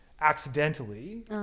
accidentally